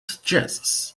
suggests